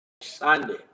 Sunday